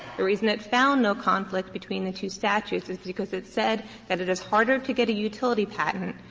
the reason it found no conflict between the two statutes is because it said that it is harder to get a utility patent,